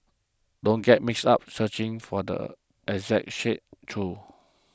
don't get mixed up searching for the exact shade though